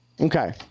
Okay